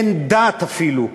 אין דת אפילו.